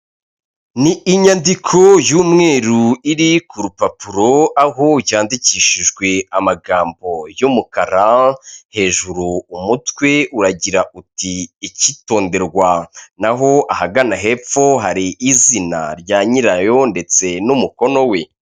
Ni inyandiko y'umweru iri ku rupapuro aho yandikishijwe amagambo y'umukara, hejuru umutwe uragira uti ikitonderwa n'aho ahagana hepfo hari izina rya nyirayo ndetse n'umukono we.